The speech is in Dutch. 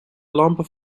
lampen